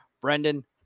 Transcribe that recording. Brendan